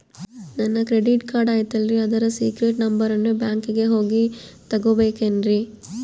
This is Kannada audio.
ನನ್ನ ಕ್ರೆಡಿಟ್ ಕಾರ್ಡ್ ಐತಲ್ರೇ ಅದರ ಸೇಕ್ರೇಟ್ ನಂಬರನ್ನು ಬ್ಯಾಂಕಿಗೆ ಹೋಗಿ ತಗೋಬೇಕಿನ್ರಿ?